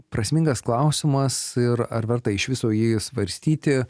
prasmingas klausimas ir ar verta iš viso jį svarstyti